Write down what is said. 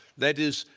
that is,